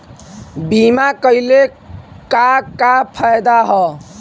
बीमा कइले का का फायदा ह?